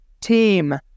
team